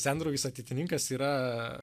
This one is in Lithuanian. sendraugis ateitininkas yra